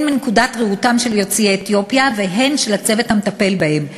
מנקודת הראות הן של יוצאי אתיופיה והן של הצוות המטפל בהם.